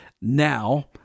now